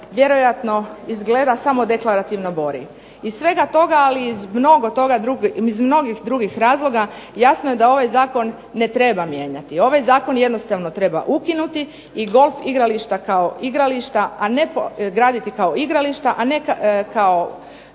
vjerojatno izgleda samo deklarativno bori. Iz svega toga, ali i iz mnogih drugih razloga jasno je da ovaj zakon ne treba mijenjati. Ovaj zakon jednostavno treba ukinuti i golf igrališta kao igrališta, a ne graditi kao igrališta, a ne kao